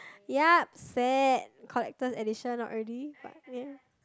yeap sad collector's edition not really but eh